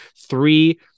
Three